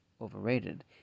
overrated